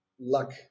Luck